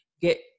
get